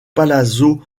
palazzo